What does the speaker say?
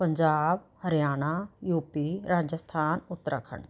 Punjab Haryana UP Rajasthan Uttarakhand